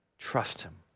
trust him.